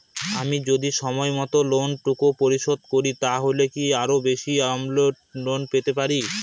আমি যদি সময় মত লোন টুকু পরিশোধ করি তাহলে কি আরো বেশি আমৌন্ট লোন পেতে পাড়ি?